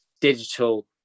Digital